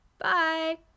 Bye